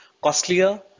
costlier